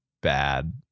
bad